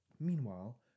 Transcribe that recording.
Meanwhile